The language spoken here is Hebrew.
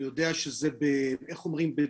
אני יודע שזה בדמך,